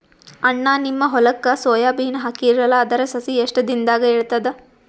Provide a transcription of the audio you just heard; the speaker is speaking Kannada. ಅಣ್ಣಾ, ನಿಮ್ಮ ಹೊಲಕ್ಕ ಸೋಯ ಬೀನ ಹಾಕೀರಲಾ, ಅದರ ಸಸಿ ಎಷ್ಟ ದಿಂದಾಗ ಏಳತದ?